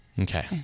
Okay